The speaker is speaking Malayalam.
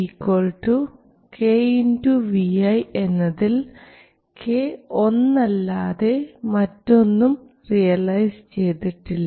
ഞാൻ Vo kVi എന്നതിൽ k ഒന്ന് അല്ലാതെ മറ്റൊന്നും റിയലൈസ് ചെയ്തിട്ടില്ല